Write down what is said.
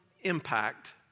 impact